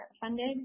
funded